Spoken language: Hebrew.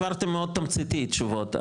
העברתם מאוד תמציתי תשובות,